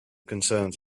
concerns